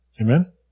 Amen